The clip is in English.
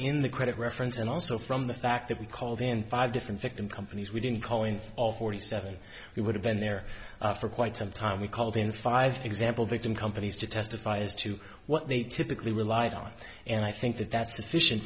in the credit reference and also from the fact that we called in five different victim companies we didn't call in all forty seven we would have been there for quite some time we called in five example victim companies to testify as to what they typically rely on and i think that that's sufficient